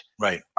Right